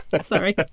sorry